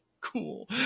cool